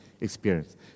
experience